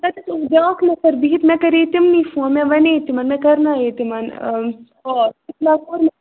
تَتھ بیٛاکھ نفر بِہِتھ مےٚ کَرے تِمنٕے فون مےٚ وَنے تِمَن مےٚ کَرنایے تِمَن کال